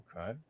Okay